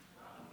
ההצעה